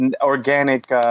organic